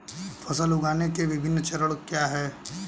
फसल उगाने के विभिन्न चरण क्या हैं?